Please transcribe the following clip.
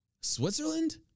Switzerland